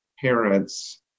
parents